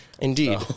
Indeed